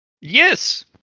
Yes